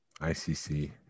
ICC